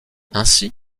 ainsi